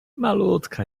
malutka